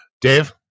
Dave